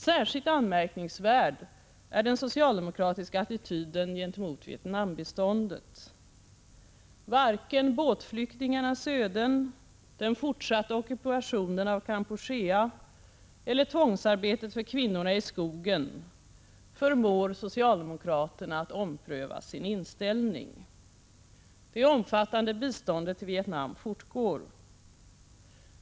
Särskilt anmärkningsvärd är den socialdemokratiska attityden gentemot Vietnambiståndet. Varken båtflyktingarnas öde, den fortsatta ockupationen av Kampuchea eller tvångsarbetet för kvinnorna i skogen förmår socialdemokraterna att ompröva sin inställning. Det omfattande biståndet till Vietnam fortgår.